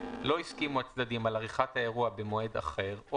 (3) לא הסכימו הצדדים על עריכת האירוע במועד אחר או